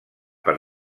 per